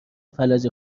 فلج